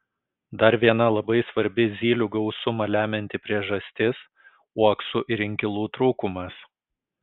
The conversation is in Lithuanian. dar viena labai svarbi zylių gausumą lemianti priežastis uoksų ir inkilų trūkumas